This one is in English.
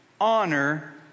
honor